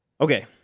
Okay